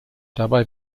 dabei